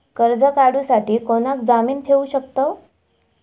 कर्ज काढूसाठी कोणाक जामीन ठेवू शकतव?